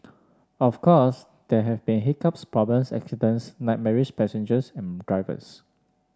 of course there have been hiccups problems accidents nightmarish passengers and drivers